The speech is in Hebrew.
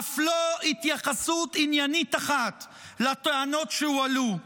אף לא טענה עניינית אחת על הטענות שהועלו.